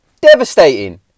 Devastating